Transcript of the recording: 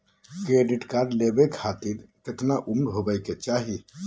Credit card लेवे खातीर कतना उम्र होवे चाही?